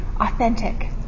authentic